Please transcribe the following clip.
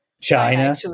China